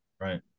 Right